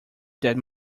that